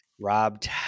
Robbed